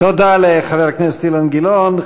תודה לחבר הכנסת אילן גילאון.